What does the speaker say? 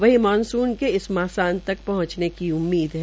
वहीं मानसून के इस माह तक पहंचे की उम्मीद है